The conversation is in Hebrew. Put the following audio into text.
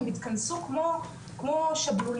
הם התכנסו כמו שבלולים,